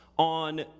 On